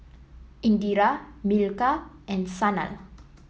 Indira Milkha and Sanal